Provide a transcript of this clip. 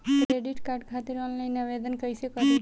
Credit card खातिर online आवेदन कइसे करि?